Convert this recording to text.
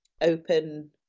Open